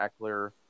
Eckler